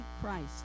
Christ